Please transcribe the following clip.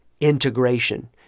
integration